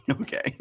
Okay